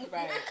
Right